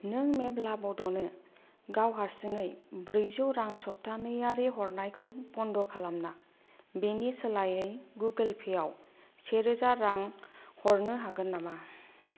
नों मेब्ला बड'नो गाव हारसिङै ब्रैजौ रां सप्तानैयारि हरनायखौ बन्द' खालामना बेनि सोलायै गुगोल पे आव सेरोजा रां हरनो हागोन नामा